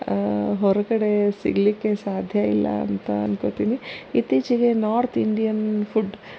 ಹೊರಗಡೆ ಸಿಗಲಿಕ್ಕೆ ಸಾಧ್ಯಯಿಲ್ಲ ಅಂತ ಅನ್ಕೋತಿನಿ ಇತ್ತೀಚಿಗೆ ನಾರ್ತ್ ಇಂಡಿಯನ್ ಫುಡ್